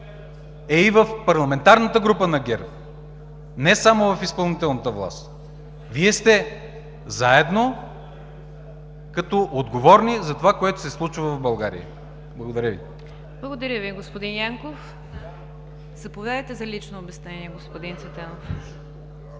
е и в парламентарната група на ГЕРБ, не само в изпълнителната власт. Вие сте заедно като отговорни за това, което се случва в България. Благодаря Ви. ПРЕДСЕДАТЕЛ НИГЯР ДЖАФЕР: Благодаря Ви, господин Янков. Заповядайте за лично обяснение, господин Цветанов.